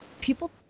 people